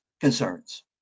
concerns